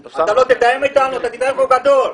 אתה לא תתאם אתנו, אתה תתאם כמו גדול.